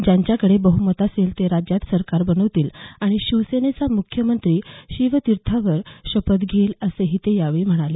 ज्यांच्याकडे बह्मत असेल ते राज्यात सरकार बनवतील आणि शिवसेनेचा मुख्यमंत्री शिवतीर्थावर शपथ घेईल असंही ते यावेळी म्हणाले